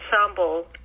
ensemble